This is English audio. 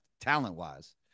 talent-wise